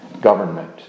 government